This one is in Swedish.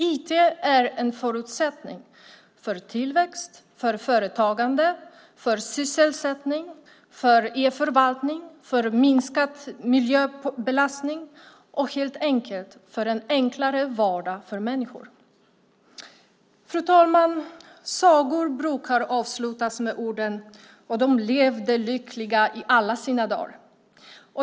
IT är en förutsättning för tillväxt, för företagande, för sysselsättning, för e-förvaltning, för minskad miljöbelastning och helt enkelt för en enklare vardag för människor. Fru talman! Sagor brukar avslutas med orden "och de levde lyckliga i alla sina dagar".